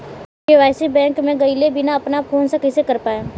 KYC bank मे गएले बिना अपना फोन से कइसे कर पाएम?